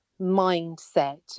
mindset